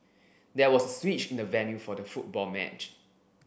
there was a switch in the venue for the football match